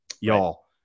Y'all